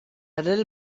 little